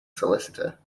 solicitor